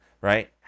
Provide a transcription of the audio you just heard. Right